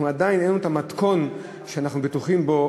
עדיין אין לנו את המתכון שאנחנו בטוחים בו,